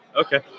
Okay